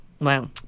Wow